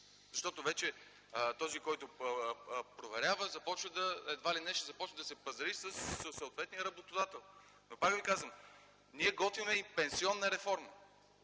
защото този, който проверява, ще започне да се пазари със съответния работодател. Пак Ви казвам, ние готвим пенсионна реформа.